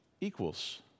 Equals